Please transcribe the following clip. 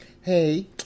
Hey